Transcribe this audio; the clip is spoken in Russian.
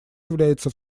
является